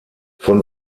von